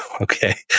okay